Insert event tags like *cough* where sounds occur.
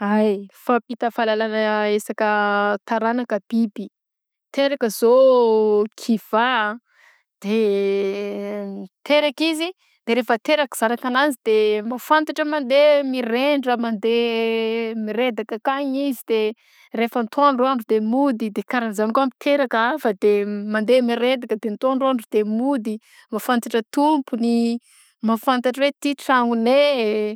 Ay mifampita falalana isaka taranaka biby; teraka zao *hesitation* kivà de *hesitation* teraka izy, de rehefa teraka zanaka anazy de mhafafantra hoe mandeha mirendra mandeha *hesitation* miredaka ankagny izy de rehefa ataoandro andro de mody de karaha anzagny ko miteraka afa de mandeha miredaka de ataoandro andro de mody; mafantatra tompony; mafantatra hoe ty tragnonay e.